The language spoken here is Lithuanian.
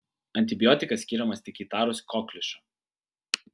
antibiotikas skiriamas tik įtarus kokliušą